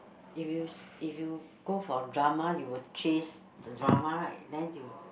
if you s~ if you go for drama you will chase the drama right then you